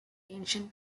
ancient